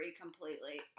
completely